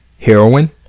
Heroin